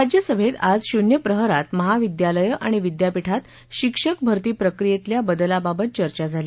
राज्यसभेत आज शून्य प्रहरात महाविद्यालयं आणि विद्यापीठात शिक्षक भर्तीप्रक्रियेतल्या बदलाबाबत चर्चा झाली